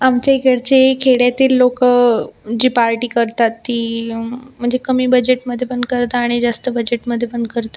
आमच्या इकडचे खेड्यातील लोकं जी पार्टी करतात ती म्हणजे कमी बजेटमध्ये पण करता आणि जास्त बजेटमध्ये पण करतात